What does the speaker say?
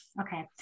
okay